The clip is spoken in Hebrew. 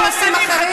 אני מבקשת מכם,